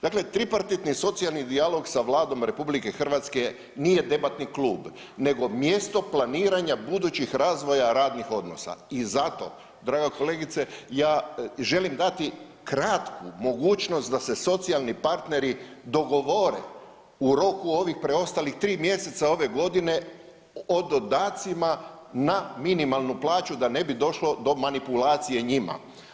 Dakle, tripartitni socijalni dijalog sa Vladom RH nije debatni klub nego mjesto planiranja budućih razvoja radnih odnosa i zato draga kolegice ja želim dati kratku mogućnost da se socijalni partneri dogovore u roku ovih preostalih tri mjeseca ove godine o dodacima na minimalnu plaću da ne bi došlo do manipulacije njima.